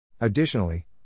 Additionally